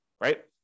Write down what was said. right